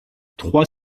trois